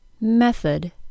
Method